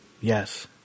Yes